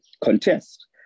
contest